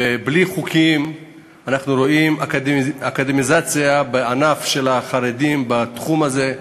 ובלי חוקים אנחנו רואים אקדמיזציה בענף של החרדים בתחום הזה,